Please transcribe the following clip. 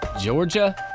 georgia